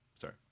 sorry